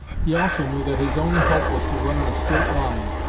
he also knew that his only hope was to run in a straight line,